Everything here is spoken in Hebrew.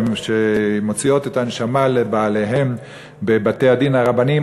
שמוציאות את הנשמה לבעליהן בבתי-הדין הרבניים,